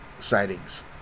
sightings